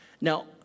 Now